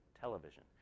television